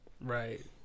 Right